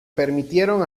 permitieron